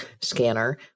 scanner